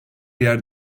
yer